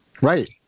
right